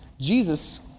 Jesus